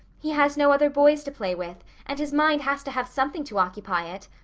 he has no other boys to play with and his mind has to have something to occupy it.